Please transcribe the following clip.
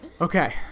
Okay